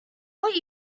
what